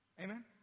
Amen